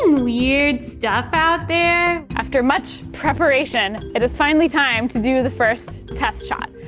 weird stuff out there? after much preparation it is finally time to do the first test shot.